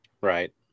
Right